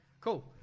cool